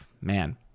Man